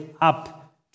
up